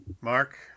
Mark